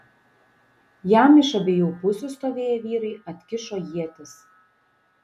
jam iš abiejų pusių stovėję vyrai atkišo ietis